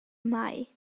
mai